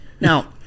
Now